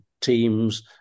Teams